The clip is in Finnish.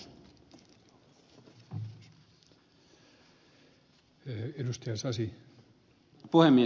arvoisa puhemies